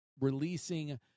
releasing